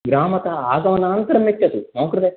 ग्रामतः आगमनानन्तरं यच्छतु मम कृते